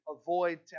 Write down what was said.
avoid